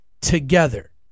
together